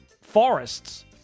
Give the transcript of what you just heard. forests